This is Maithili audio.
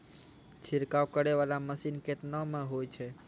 छिड़काव करै वाला मसीन केतना मे होय छै?